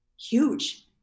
huge